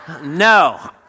No